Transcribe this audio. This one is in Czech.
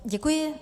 Děkuji.